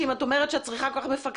שאם את אומרת שאת צריכה כל כך הרבה מפקחים,